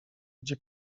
gdzie